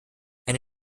eine